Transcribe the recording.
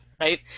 right